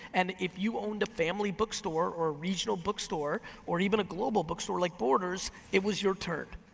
and if you owned a family bookstore or a regional bookstore, or even a global bookstore like borders, it was your turn.